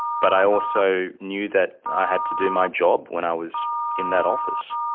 but i also knew that i had to do my job when i was in that office.